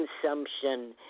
consumption